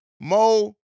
Mo